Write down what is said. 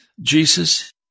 Jesus